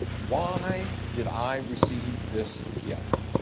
why did i receive this gift?